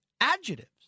adjectives